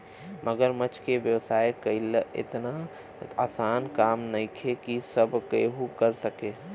मगरमच्छ के व्यवसाय कईल एतनो आसान काम नइखे की सब केहू कर सके